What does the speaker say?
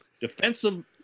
defensive